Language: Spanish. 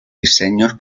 diseños